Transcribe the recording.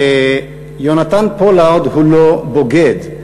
יהונתן פולארד הוא לא בוגד.